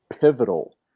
pivotal